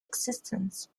existence